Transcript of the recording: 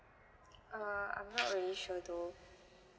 err I'm not really sure though